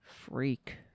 Freak